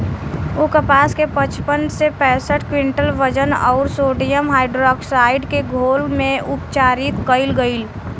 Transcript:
उ कपास के पचपन से पैसठ क्विंटल वजन अउर सोडियम हाइड्रोऑक्साइड के घोल में उपचारित कइल गइल